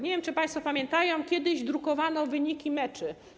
Nie wiem, czy państwo pamiętają, jak kiedyś drukowano wyniki meczów.